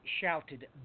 shouted